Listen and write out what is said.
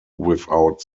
without